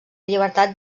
llibertat